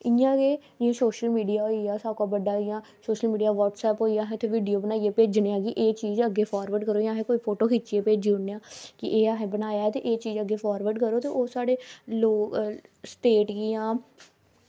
इंया गै एह् सोशल मीडिया होई गेआ सारें कोला बड्डा गै सोशल मीडिया व्हाट्सएप होइया असें उत्थें वीडियो बनाइयै भेजनी की भाई एह् चीज़ अग्गें फॉरवर्ड करो अस फोटो खिच्चियै भेजी ओड़ने आं ते एह् असें बनाया ते एह् चीज़ अग्गें फॉरवर्ड करो लोग स्ट्रेट इंया